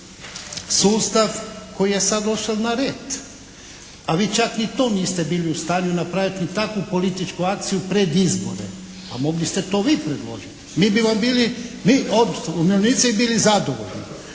sustav koji je sad došel na red, a vi čak ni to niste bili u stanju napraviti, ni takvu političku akciju pred izbore, a mogli ste to vi predložiti. Mi bi vam bili, mi …/Govornik se ne razumije./… bili zadovoljni.